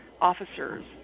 officers